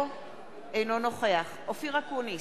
אינו נוכח אופיר אקוניס,